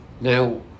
Now